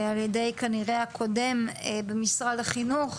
כנראה על ידי הקודם במשרד החינוך,